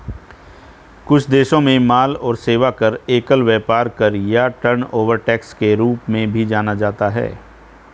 कुछ देशों में माल और सेवा कर, एकल व्यापार कर या टर्नओवर टैक्स के रूप में भी जाना जाता है